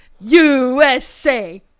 USA